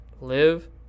live